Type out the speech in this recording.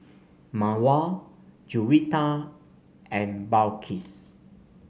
Mawar Juwita and Balqis